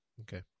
okay